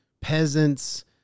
peasants